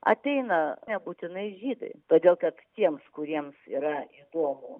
ateina nebūtinai žydai todėl kad tiems kuriems yra įdomu